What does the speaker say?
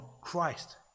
Christ